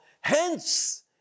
Hence